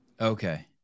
Okay